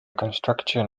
construction